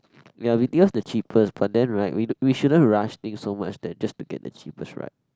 ya b_t_o is the cheapest but then right we we shouldn't rush things so much that just to get the cheapest right